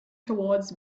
towards